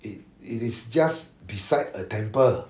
it it is just beside a temple